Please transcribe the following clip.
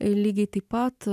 lygiai taip pat